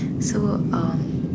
so um